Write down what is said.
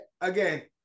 again